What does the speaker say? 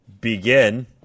begin